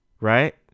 Right